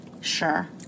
Sure